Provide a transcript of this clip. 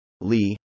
Lee